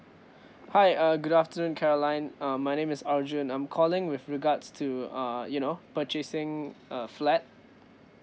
hi uh good afternoon caroline um my name is arjun I'm calling with regards to err you know purchasing a flat